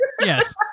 Yes